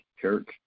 Church